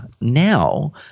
Now